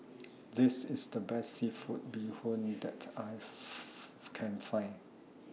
This IS The Best Seafood Bee Hoon that I Can Find